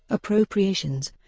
appropriations,